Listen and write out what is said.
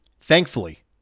Thankfully